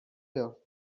earth